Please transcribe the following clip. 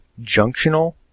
junctional